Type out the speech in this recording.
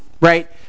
right